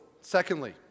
Secondly